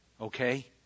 okay